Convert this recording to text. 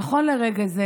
נכון לרגע זה,